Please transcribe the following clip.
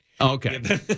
Okay